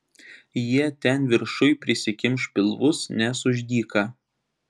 jie ten viršuj prisikimš pilvus nes už dyka